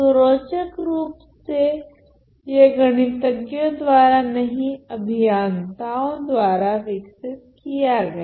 तो रोचकरूप से यह गणितज्ञों द्वारा नहीं अभियंताओ द्वारा विकसित किया गया